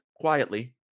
quietly